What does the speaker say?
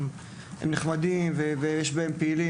שהם נחמדים ויש בהם פעילים.